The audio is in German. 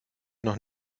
noch